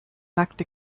nackte